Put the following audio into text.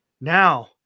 Now